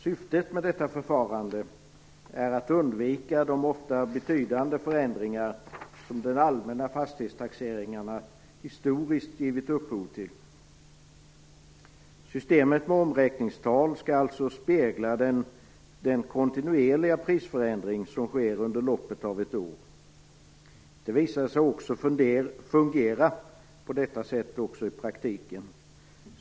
Syftet med detta förfarande är att undvika de ofta betydande förändringar som de allmänna fastighetstaxeringarna historiskt givit upphov till. Systemet med omräkningstal skall alltså spegla den kontinuerliga prisförändring som sker under loppet av ett år. Det visar sig också fungera på detta sätt också i praktiken.